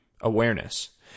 Awareness